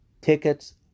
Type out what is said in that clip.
Tickets